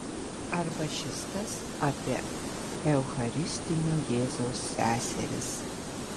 arba šis tas apie eucharistinio jėzaus seseris